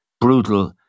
brutal